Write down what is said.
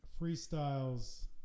freestyles